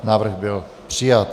Návrh byl přijat.